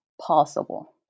possible